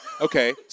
Okay